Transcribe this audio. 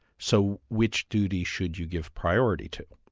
so which duty should you give priority to?